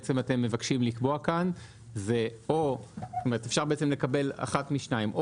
שבעצם אתם מבקשים לקבוע כאן זה שאפשר בעצם לקבל אחת משניים,